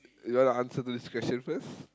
you wanna answer to this question first